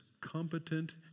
competent